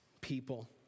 people